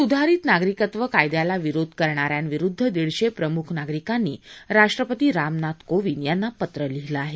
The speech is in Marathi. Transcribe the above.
सुधारित नागरिकत्व कायद्याला विरोध करणाऱ्यांविरुद्ध दिडशे प्रमुख नागरिकांनी राष्ट्रपती रामनाथ कोविद यांना पत्र लिहिलं आहे